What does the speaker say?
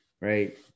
right